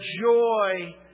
joy